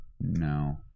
No